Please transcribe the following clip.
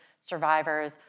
survivors